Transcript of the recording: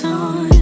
on